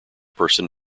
person